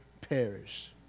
perish